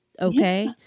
Okay